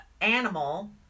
animal